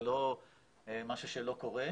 זה לא משהו שלא קורה.